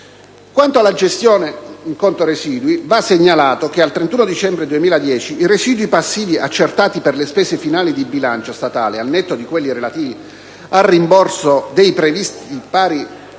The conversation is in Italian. Quanto alla gestione in conto residui, va segnalato che al 31 dicembre 2010 i residui passivi accertati per le spese finali di bilancio statale, al netto di quelli relativi al rimborso dei prestiti (pari